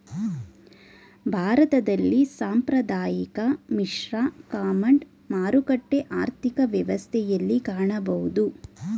ಭಾರತದಲ್ಲಿ ಸಾಂಪ್ರದಾಯಿಕ, ಮಿಶ್ರ, ಕಮಾಂಡ್, ಮಾರುಕಟ್ಟೆ ಆರ್ಥಿಕ ವ್ಯವಸ್ಥೆಯನ್ನು ಕಾಣಬೋದು